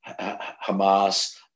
Hamas